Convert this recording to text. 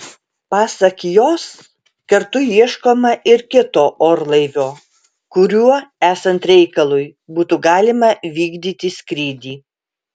pasak jos kartu ieškoma ir kito orlaivio kuriuo esant reikalui būtų galima vykdyti skrydį